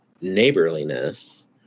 neighborliness